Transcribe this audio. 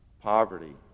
Poverty